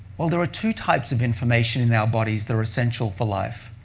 well, there are two types of information in our bodies that are essential for life.